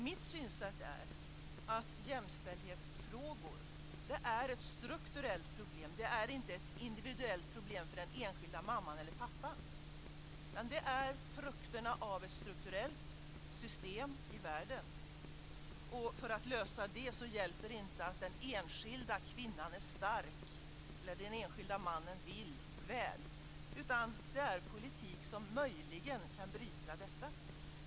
Mitt synsätt är att jämställdhetsfrågor är ett strukturellt problem. Det är inte ett individuellt problem för den enskilda mamman eller pappan. Det handlar om frukterna av ett strukturellt problem i världen. För att lösa det hjälper det inte att den enskilda kvinnan är stark eller att den enskilda mannen vill väl. Det är politik som möjligen kan bryta detta.